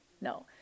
No